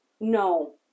no